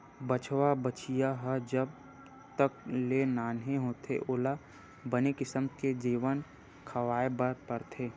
बछवा, बछिया ह जब तक ले नान्हे होथे ओला बने किसम के जेवन खवाए बर परथे